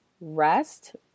rest